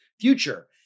future